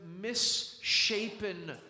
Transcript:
misshapen